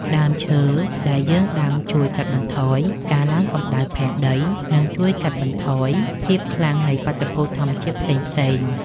ដើមឈើដែលយើងដាំជួយកាត់បន្ថយការឡើងកម្តៅផែនដី និងជួយកាត់បន្ថយភាពខ្លាំងនៃបាតុភូតធម្មជាតិផ្សេងៗ។